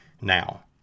Now